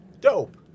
Dope